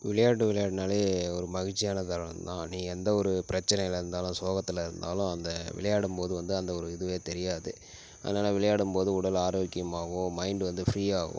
விளையாட்டு விளையாடுனாலே ஒரு மகிழ்ச்சியானத் தருணம்தான் நீங்கள் எந்த ஒரு பிரச்சனையில் இருந்தாலும் சோகத்தில் இருந்தாலும் அந்த விளையாடும்போது வந்து அந்த ஒரு இதுவே தெரியாது அதனால் விளையாடும்போது உடல் ஆரோக்கியமாகவும் மைண்ட் வந்து ஃபிரீயாகும்